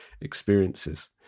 experiences